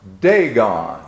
Dagon